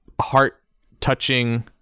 heart-touching